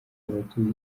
abatuye